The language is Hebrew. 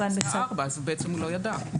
אז בעצם הוא לא ידע.